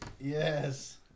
Yes